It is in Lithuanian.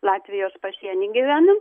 latvijos pasieny gyvenam